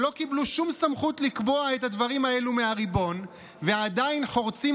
שלא קיבלו שום סמכות לקבוע את הדברים האלו מהריבון ועדיין חורצים